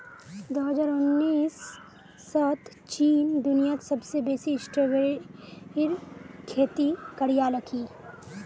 दो हजार उन्नीसत चीन दुनियात सबसे बेसी स्ट्रॉबेरीर खेती करयालकी